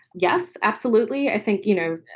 yes, absolutely. i think, you know,